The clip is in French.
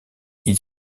ils